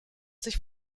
sich